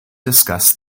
discuss